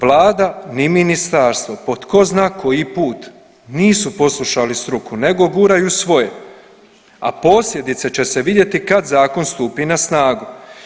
Vlada ni ministarstvo po tko zna koji put nisu poslušali struku nego guraju svoje, a posljedice će se vidjeti kad zakon stupi na snagu.